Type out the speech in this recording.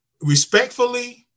respectfully